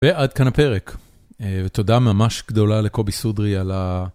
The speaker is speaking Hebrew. ועד כאן הפרק, ותודה ממש גדולה לקובי סודרי על ה...